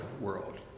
world